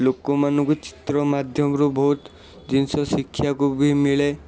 ଲୋକମାନଙ୍କୁ ଚିତ୍ର ମାଧ୍ୟମରୁ ବହୁତ ଜିନଷ ଶିଖିବାକୁ ବି ମିଳେ